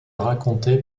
raconté